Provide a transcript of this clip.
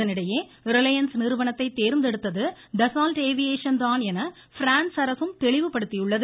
இதனிடையே ரிலையன்ஸ் நிறுவனத்தை தேர்ந்தெடுத்தது டசால்ட் ஏவியேஷன் என பிரான்ஸ் அரசும் தெளிவுபடுத்தியுள்ளது